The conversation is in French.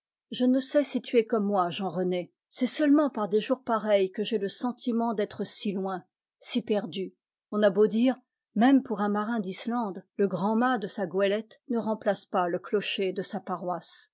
je ne sais si tu es comme moi jean rené c'est seulement par des jours pareils que j'ai le sentiment d'être si loin si perdu on a beau dire même pour un marin d'islande le grand mât de sa goélette ne remplace pas le clocher de sa paroisse